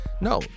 No